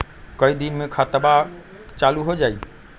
कई दिन मे खतबा चालु हो जाई?